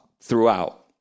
throughout